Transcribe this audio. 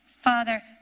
Father